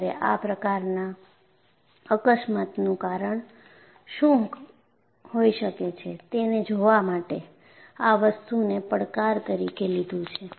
ત્યારે આ પ્રકારના અકસ્માતનું કારણ શું હોય શકે છે તેને જોવા માટે આ વસ્તુને પડકાર તરીકે લીધુ છે